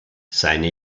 seine